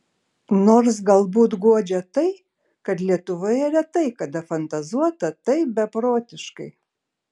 nors galbūt guodžia tai kad lietuvoje retai kada fantazuota taip beprotiškai